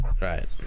Right